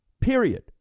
Period